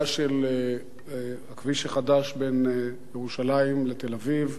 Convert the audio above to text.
של הכביש החדש בין ירושלים לתל-אביב,